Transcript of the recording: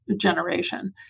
generation